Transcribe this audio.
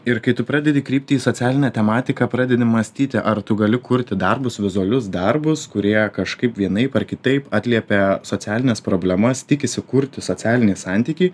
ir kai tu pradedi krypti į socialinę tematiką pradedi mąstyti ar tu gali kurti darbus vizualius darbus kurie kažkaip vienaip ar kitaip atliepia socialines problemas tikisi kurti socialinį santykį